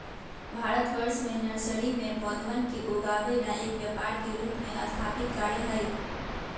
भारतवर्ष में नर्सरी में पौधवन के उगावे ला एक व्यापार के रूप में स्थापित कार्य हई